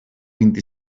vint